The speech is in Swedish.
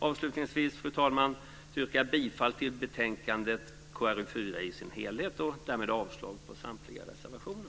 Avslutningsvis, fru talman, yrkar jag bifall till förslaget i utskottets betänkande KrU4 och avslag på samtliga reservationer.